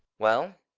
well,